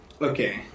Okay